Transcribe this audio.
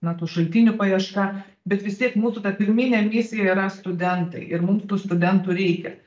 na tų šaltinių paieška bet vis tiek mūsų ta pirminė misija yra studentai ir mums tų studentų reikia